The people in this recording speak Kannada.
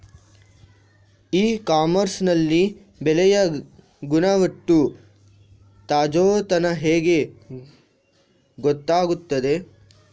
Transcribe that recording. ಇ ಕಾಮರ್ಸ್ ನಲ್ಲಿ ಬೆಳೆಯ ಗುಣಮಟ್ಟ, ತಾಜಾತನ ಹೇಗೆ ಗೊತ್ತಾಗುತ್ತದೆ?